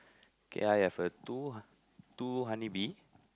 okay I have a two h~ two honey bee